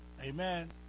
Amen